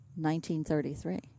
1933